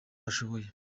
bashoboye